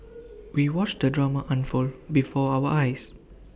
we watched the drama unfold before our eyes